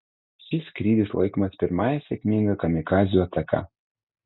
šis skrydis laikomas pirmąja sėkminga kamikadzių ataka